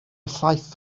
llaeth